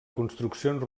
construccions